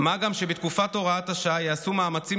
מה גם שבתקופת הוראת השעה ייעשו מאמצים